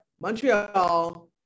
Montreal